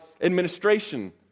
administration